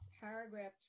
paragraph